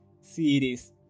series